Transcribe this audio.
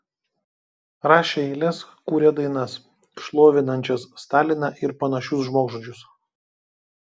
rašę eiles kūrę dainas šlovinančias staliną ir panašius žmogžudžius